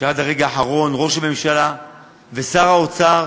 שעד הרגע האחרון ראש הממשלה ושר האוצר